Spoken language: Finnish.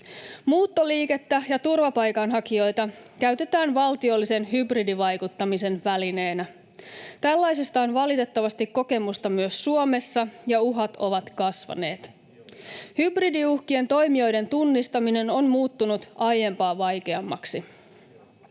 Muuttoliikettä ja turvapaikanhakijoita käytetään valtiollisen hybridivaikuttamisen välineenä. Tällaisesta on valitettavasti kokemusta myös Suomessa, ja uhat ovat kasvaneet. Hybridiuhkien toimijoiden tunnistaminen on muuttunut aiempaa vaikeammaksi.